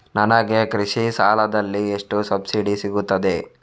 ನನಗೆ ಕೃಷಿ ಸಾಲದಲ್ಲಿ ಎಷ್ಟು ಸಬ್ಸಿಡಿ ಸೀಗುತ್ತದೆ?